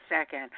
second